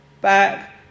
back